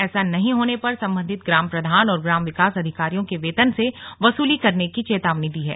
ऐसा नहीं होने पर संबधित ग्राम प्रधान और ग्राम विकास अधिकारियों के वेतन से वसूली करने की चेतावनी दी है